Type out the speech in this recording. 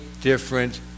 different